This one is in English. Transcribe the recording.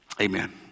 Amen